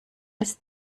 ist